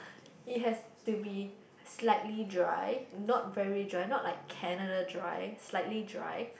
it has to be slightly dry not very dry not like Canada dry slightly dry